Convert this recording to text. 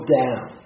down